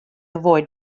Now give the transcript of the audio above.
avoid